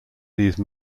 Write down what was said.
these